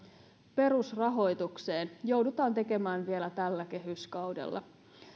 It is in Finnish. perusrahoitukseen joudutaan tekemään vielä tällä kehyskaudella